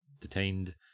detained